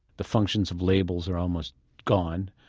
the functions of labels are almost gone,